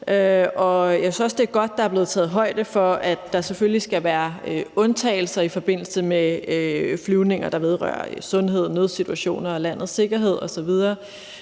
det er godt, at der er blevet taget højde for, at der selvfølgelig skal være undtagelser i forbindelse med flyvninger, der vedrører sundhed, nødsituationer og landets sikkerhed osv.